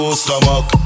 stomach